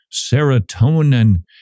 serotonin